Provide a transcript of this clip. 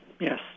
yes